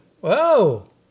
Whoa